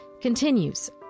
continues